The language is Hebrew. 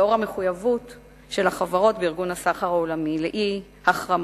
לאור המחויבות של החברות בארגון הסחר העולמי לאי-החרמות.